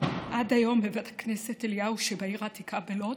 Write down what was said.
עד היום בבית הכנסת אליהו שבעיר העתיקה בלוד,